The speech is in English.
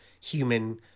human